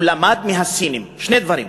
הוא למד מהסינים שני דברים: